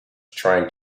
trying